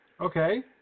Okay